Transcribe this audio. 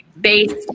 based